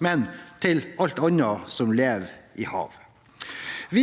men til alt annet som lever i havet. Vi